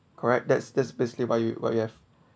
correct that's that's basically what you what you have